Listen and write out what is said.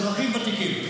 אזרחים ותיקים.